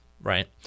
Right